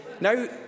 Now